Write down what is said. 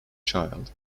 child